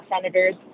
Senators